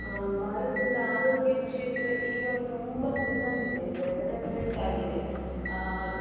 ಭಾರತದ ಆರೋಗ್ಯ ಕ್ಷೇತ್ರ ಈಗ ತುಂಬ ಸುಧಾರಿದೆ ಡೆವೆಲಪ್ಮೆಂಟಾಗಿದೆ